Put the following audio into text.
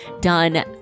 done